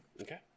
Okay